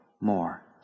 more